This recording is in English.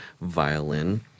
violin